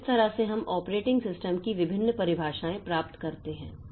तो इस तरह से हम ऑपरेटिंग सिस्टम की विभिन्न परिभाषाएँ प्राप्त कर सकते हैं